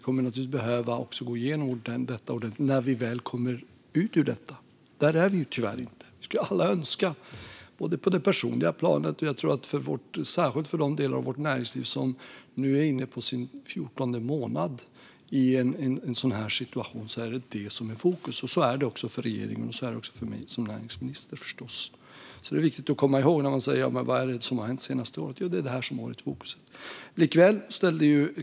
Tyvärr har vi ännu inte kommit ur pandemin, hur gärna jag än hade önskat det, både på det personliga planet och för de delar av vårt näringsliv som nu är inne på sin 14:e månad av detta. I en sådan här situation står detta i fokus för regeringen och förstås för mig som näringsminister. Detta är viktigt att komma ihåg när man frågar vad som har hänt det senaste året. Det här har stått i fokus.